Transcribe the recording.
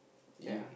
in